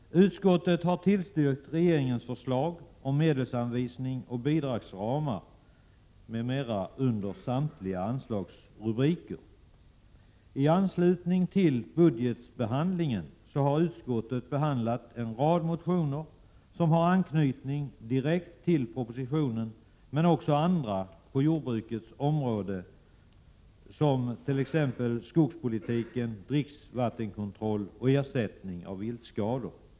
Utskottet har tillstyrkt regeringens förslag om medelsanvisning och bidragsramar m.m. under samtliga anslagsrubriker. I anslutning till budgetbehandlingen har utskottet behandlat en rad motioner som har anknytning direkt till propositionen, men också motioner som gäller andra frågor på jordbrukets område, t.ex. skogspolitiken, dricksvattenkontroll och ersättning för viltskador.